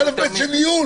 זה א'-ב' של עיון.